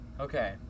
Okay